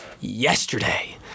yesterday